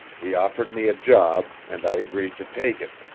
he offered me a job, and i agreed to take it.